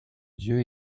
dieu